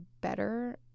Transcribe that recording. better